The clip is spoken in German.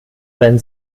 sein